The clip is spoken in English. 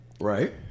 Right